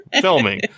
filming